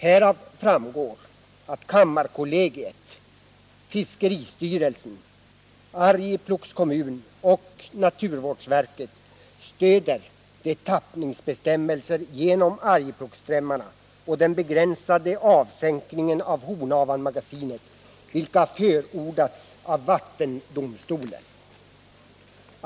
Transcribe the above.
Härav framgår att kammarkollegiet. fiskeristyrelsen. Arjeplogs kommun och naturvårdsverket stöder de bestämmelser för tappning genom Arjeplogsströmmarna och den begränsade avsänkning av Hornavanmagasinet vilka förordats av vattendomstolen.